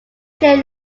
jay